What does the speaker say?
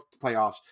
playoffs